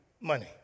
Money